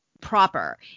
proper